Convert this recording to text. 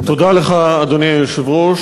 תודה לך, אדוני היושב-ראש.